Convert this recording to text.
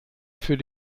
für